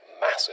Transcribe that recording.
massive